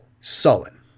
sullen